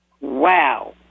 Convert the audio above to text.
Wow